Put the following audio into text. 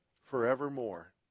forevermore